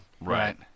right